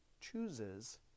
chooses